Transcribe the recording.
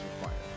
Required